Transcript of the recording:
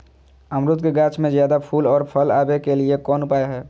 अमरूद के गाछ में ज्यादा फुल और फल आबे के लिए कौन उपाय है?